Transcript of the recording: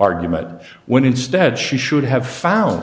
argument when instead she should have found